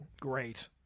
great